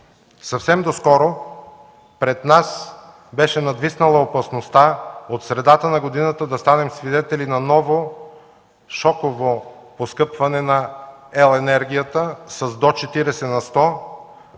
Съвсем доскоро пред нас беше надвиснала опасността от средата на годината да станем свидетели на ново, шоково поскъпване на електроенергията с до 40 на сто